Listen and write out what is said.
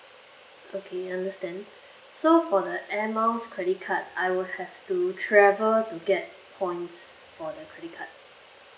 okay understand so for the air miles credit card I will have to travel to get points for the credit card